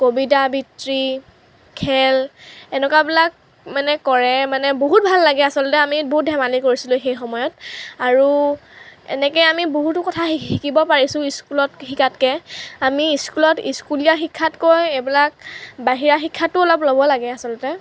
কবিতা আবৃত্তি খেল এনেকুৱাবিলাক মানে কৰে মানে বহুত ভাল লাগে আচলতে আমি বহুত ধেমালি কৰিছিলোঁ সেইসময়ত আৰু এনেকৈ আমি বহুতো কথা শিকিব পাৰিছোঁ স্কুলত শিকাতকৈ আমি স্কুলত স্কুলীয়া শিক্ষাতকৈ এইবিলাক বাহিৰা শিক্ষাটোও অলপ ল'ব লাগে আচলতে